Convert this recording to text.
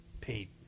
Pete